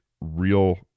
real